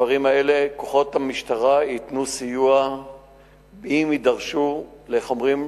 כוחות המשטרה ייתנו סיוע אם יידרשו, איך אומרים?